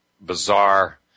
bizarre